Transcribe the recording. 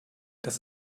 dass